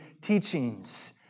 teachings